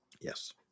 yes